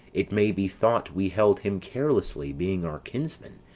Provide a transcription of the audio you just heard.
it may be thought we held him carelessly, being our kinsman,